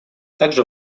также